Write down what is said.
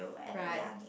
right